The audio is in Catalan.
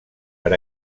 per